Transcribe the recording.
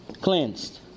cleansed